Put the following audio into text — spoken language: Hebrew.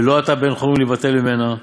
ולא אתה בן חורין ליבטל ממנה.